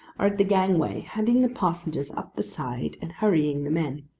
are at the gangway handing the passengers up the side, and hurrying the men.